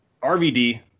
RVD